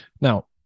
Now